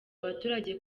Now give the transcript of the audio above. abaturage